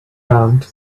round